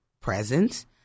presents